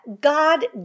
God